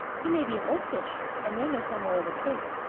he may be an old fish and may know some way of escape.